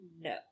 no